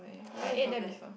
that one is not bad